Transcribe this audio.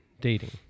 dating